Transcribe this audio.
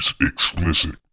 explicit